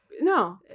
no